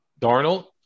Darnold